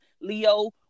Leo